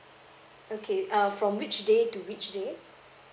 okay err from which day to which day